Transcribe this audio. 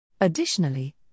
Additionally